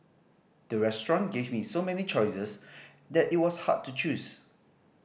the restaurant gave me so many choices that it was hard to choose